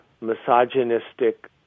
misogynistic